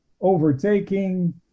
overtaking